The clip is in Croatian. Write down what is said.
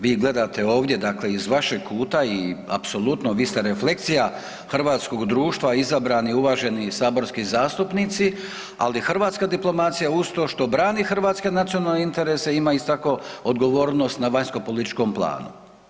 Vi gledate ovdje, dakle iz vašeg kuta i apsolutno vi ste refleksija hrvatskog društva izabrani uvaženi saborski zastupnici, ali hrvatska diplomacija uz to što brani hrvatske nacionalne interese ima isto tako odgovornost na vanjsko političkom planu.